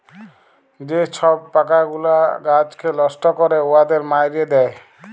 যে ছব পকাগুলা গাহাচকে লষ্ট ক্যরে উয়াদের মাইরে দেয়